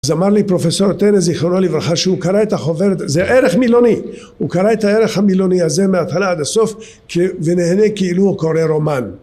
אז אמר לי פרופסור טנא, זיכרונו לברכה, שהוא קרא את החוברת, זה ערך מילוני הוא קרא את הערך המילוני הזה מהתחלה עד הסוף ונהנה כאילו הוא קורא רומן